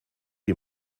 die